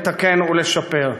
לתקן ולשפר.